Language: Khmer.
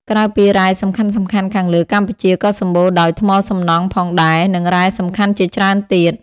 ក្រៅពីរ៉ែសំខាន់ៗខាងលើ កម្ពុជាក៏សម្បូរដោយ ថ្មសំណង់ផងដែរ និងរ៉ែសំខាន់ជាច្រើនទៀត។